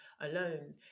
alone